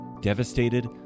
devastated